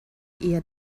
ihr